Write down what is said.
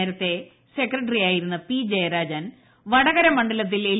നേരത്തെ സെക്രട്ടറിയായിരുന്ന പീട്ട് ജയരാജൻ വടകര മണ്ഡലത്തിൽ എൽ